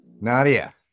Nadia